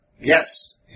Yes